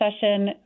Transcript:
session